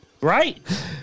Right